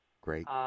Great